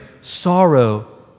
sorrow